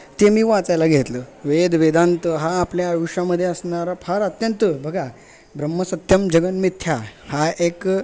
ते मी वाचायला घेतलं वेद वेदांत हा आपल्या आयुष्यामध्ये असणारा फार अत्यंत बघा ब्रह्मसत्यम जगन मिथ्या हा एक